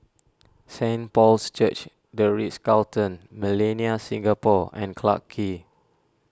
Saint Paul's Church the Ritz Carlton Millenia Singapore and Clarke Quay